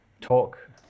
talk